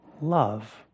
Love